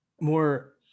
more